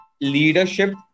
leadership